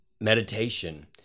meditation